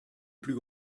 plus